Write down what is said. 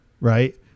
right